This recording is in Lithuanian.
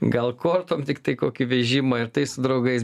gal kortom tiktai kokį vežimą ir tais draugais